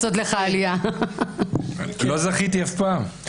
לא זכיתי אף פעם.